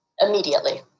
Immediately